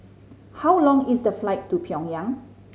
how long is the flight to Pyongyang